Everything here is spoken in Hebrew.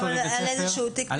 אנחנו לא מדברים פה על כל תיק,